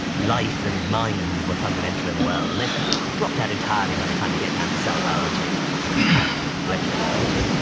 life and mind were fundamental in the world and they've dropped out entirely by the time you get down to cell biology, or molecular biology,